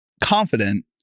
confident